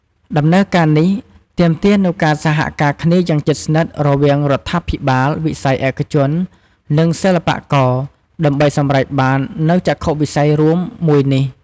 ដំណើរការនេះទាមទារនូវការសហការគ្នាយ៉ាងជិតស្និទ្ធរវាងរដ្ឋាភិបាល វិស័យឯកជន និងសិល្បករ ដើម្បីសម្រេចបាននូវចក្ខុវិស័យរួមមួយនេះ។